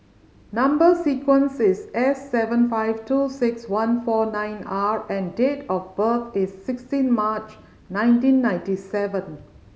number sequence is S seven five two six one four nine R and date of birth is sixteen March nineteen ninety seven